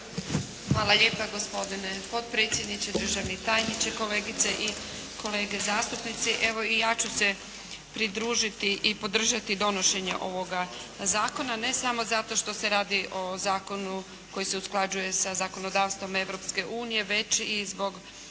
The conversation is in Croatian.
Hvala lijepa gospodine potpredsjedniče, državni tajniče, kolegice i kolege zastupnici. Evo i ja ću se pridružiti i podržati donošenje ovoga Zakona, ne samo zato što se radi o zakonu koji se usklađuje sa zakonodavstvom Europske unije već i zbog